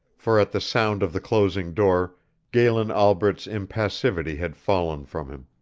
for at the sound of the closing door galen albret's impassivity had fallen from him.